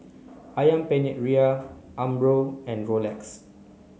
Ayam Penyet Ria Umbro and Rolex